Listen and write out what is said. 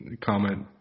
comment